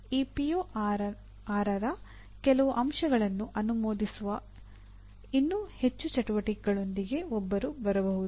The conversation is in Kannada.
ಈ ಪಿಒ6 ನ ಕೆಲವು ಅಂಶಗಳನ್ನು ಅನುಮೋದಿಸುವ ಇನ್ನೂ ಹೆಚ್ಚಿನ ಚಟುವಟಿಕೆಗಳೊಂದಿಗೆ ಒಬ್ಬರು ಬರಬಹುದು